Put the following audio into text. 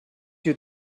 you